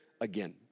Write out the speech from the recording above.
again